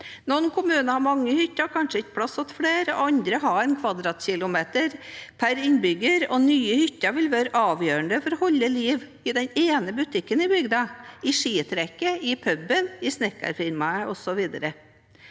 Noen kommuner har mange hytter og har kanskje ikke plass til flere, andre har én kvadratkilometer per innbygger, og nye hytter vil være avgjørende for å holde liv i den ene butikken i bygda, i skitrekket, i puben, i snekkerfirmaet, osv.